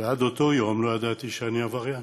עד אותו יום לא ידעתי שאני עבריין,